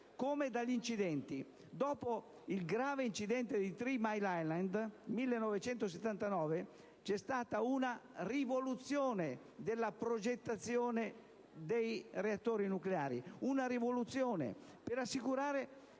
come dagli incidenti. Dopo il grave incidente di Three Mile Island del 1979, vi è stata una rivoluzione nella progettazione dei reattori nucleari per assicurare